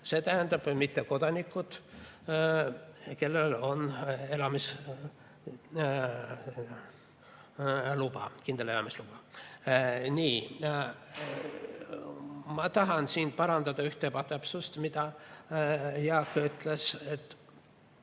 see tähendab, mittekodanikud, kellel on elamisluba, kindel elamisluba. Nii. Ma tahan siin parandada ühte ebatäpsust, mida Jaak ütles, et